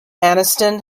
anniston